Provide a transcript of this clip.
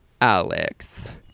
Alex